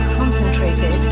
concentrated